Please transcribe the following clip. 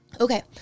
Okay